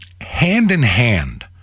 hand-in-hand